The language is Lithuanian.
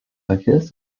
akis